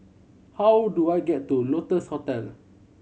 how do I get to Lotus Hostel